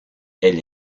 elle